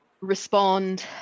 respond